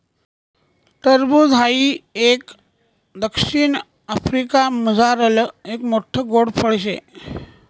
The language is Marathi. टरबूज हाई एक दक्षिण आफ्रिकामझारलं एक मोठ्ठ गोड फळ शे